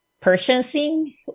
purchasing